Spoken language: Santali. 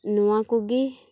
ᱱᱚᱣᱟ ᱠᱚᱜᱤ